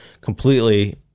completely